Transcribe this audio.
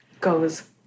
goes